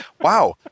wow